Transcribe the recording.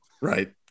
Right